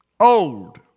Old